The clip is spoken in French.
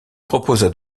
proposa